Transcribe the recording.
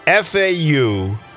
FAU